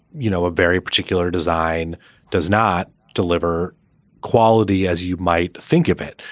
you know, a very particular design does not deliver quality, as you might think of it.